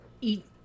eat